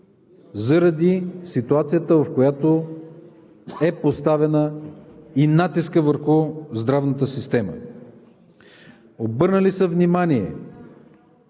заради ситуацията, в която е поставена и натиска върху здравната система. Обърна ли се внимание